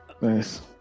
nice